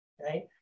right